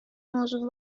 موضوع